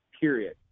period